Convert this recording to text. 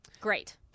great